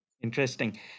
interesting